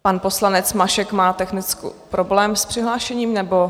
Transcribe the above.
Pan poslanec Mašek má technický problém s přihlášením, nebo...?